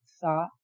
Thought